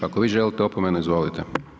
Ako vi želite opomenu izvolite.